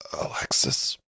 Alexis